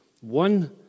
one